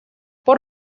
por